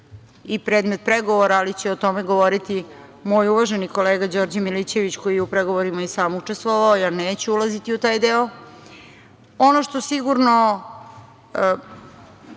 i predmet pregovora, ali će o tome govoriti moj uvaženi kolega Đorđe Milićević, koji je u pregovorima i sam učestvovao. Ja neću ulaziti u taj deo. Ono što sigurno